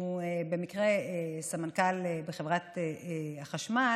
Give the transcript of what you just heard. שהוא במקרה סמנכ"ל בחברת החשמל,